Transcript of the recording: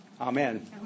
Amen